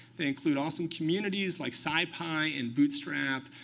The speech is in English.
they include awesome communities like scipi, and bootstrap,